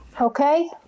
Okay